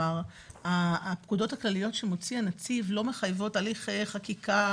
כלומר הנקודות הכללית שמציע הנציב לא מחייבות הליך חקיקה,